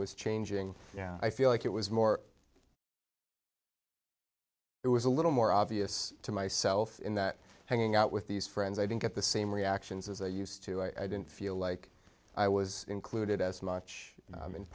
was changing i feel like it was more it was a little more obvious to myself in that hanging out with these friends i didn't get the same reactions as they used to i didn't feel like i was included as much